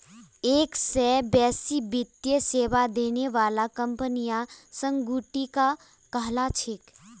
एक स बेसी वित्तीय सेवा देने बाला कंपनियां संगुटिका कहला छेक